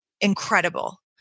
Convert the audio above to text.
incredible